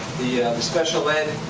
the special ed,